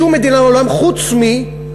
שום מדינה בעולם חוץ מבחריין,